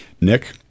Nick